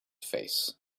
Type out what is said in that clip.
face